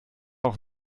auch